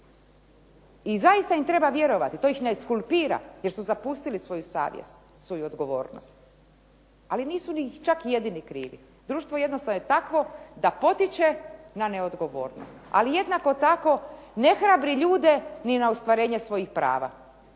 i zaista im treba vjerovat, to ih ne eskulpira, jer su zapustili svoju savjest, svoju odgovornost. Ali nisu ni čak jedini krivi, društvo je jednostavno takvo da potiče na neodgovornost, ali jednako tako ne hrabri ljude ni na ostvarenje svojih prava.